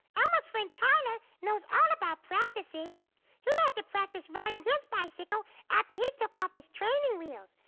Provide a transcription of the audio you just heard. elmo's friend tyler, knows all about practicing. he has to practice riding his bicycle after he took off his training wheels,